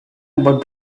about